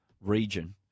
region